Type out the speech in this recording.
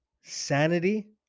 Sanity